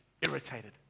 irritated